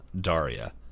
daria